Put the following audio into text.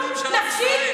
מרצוני,